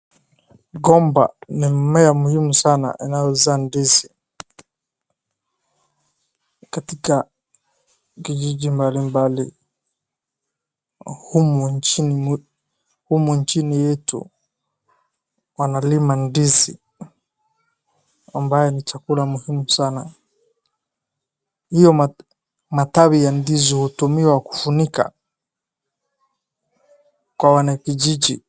Mgomba ni mmea muhimu sana unaoza ndizi. Katika kijiji mbalimbali humu nchini yetu wanalima ndizi, ambaye ni chakula muhimu sana. Hiyo matawi ya ndizi hutumiwa kufunika kwa wanakijiji.